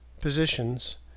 positions